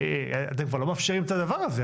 אתם כבר לא מאפשרים את הדבר הזה,